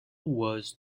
was